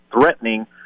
threatening